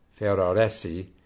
Ferraresi